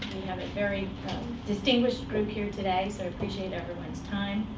have a very distinguished group here today, so i appreciate everyone's time.